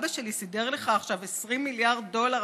אבא שלי סידר לך עכשיו 20 מיליארד דולר,